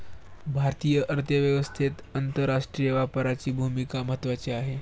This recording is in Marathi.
भारतीय अर्थव्यवस्थेत आंतरराष्ट्रीय व्यापाराची भूमिका महत्त्वाची आहे